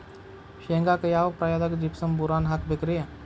ಶೇಂಗಾಕ್ಕ ಯಾವ ಪ್ರಾಯದಾಗ ಜಿಪ್ಸಂ ಬೋರಾನ್ ಹಾಕಬೇಕ ರಿ?